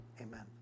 amen